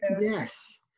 yes